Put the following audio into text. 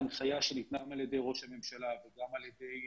ההנחיה שניתנה על-ידי ראש הממשלה וגם על-ידי